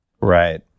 Right